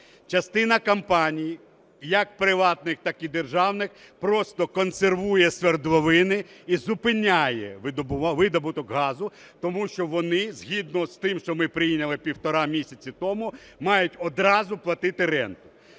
Частина компаній як приватних, так і державних просто консервує свердловини і зупиняє видобуток газу, тому що вони, згідно з тим, що ми прийняли півтора місяця тому, мають одразу платити ренту.